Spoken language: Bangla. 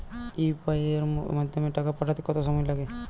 ইউ.পি.আই এর মাধ্যমে টাকা পাঠাতে কত সময় লাগে?